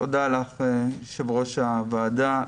תודה יו"ר הוועדה.